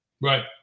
Right